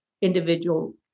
individual